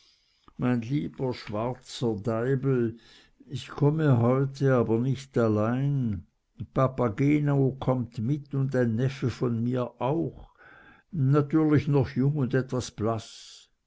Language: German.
mein lieber schwarzer deibel ich komme heute aber nicht allein papageno kommt mit und ein neffe von mir auch natürlich noch jung und etwas blaß